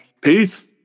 peace